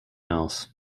else